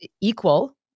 equal